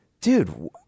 dude